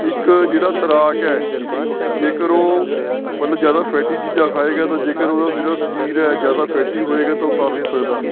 ਇੱਕ ਜਿਹੜਾ ਤੈਰਾਕ ਹੈ ਜੇਕਰ ਉਹ ਮਤਲਬ ਜ਼ਿਆਦਾ ਫੈਟੀ ਚੀਜ਼ਾਂ ਖਾਏਗਾ ਤਾਂ ਜੇਕਰ ਉਹਦਾ ਸਿਰਫ ਸਰੀਰ ਹੈ ਜ਼ਿਆਦਾ ਫੈਟੀ ਹੋਏਗਾ ਤਾਂ ਉਹ ਤਰ ਨਹੀਂ ਸਕਦਾ